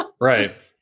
Right